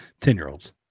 Ten-year-olds